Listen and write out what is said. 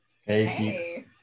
hey